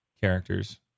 characters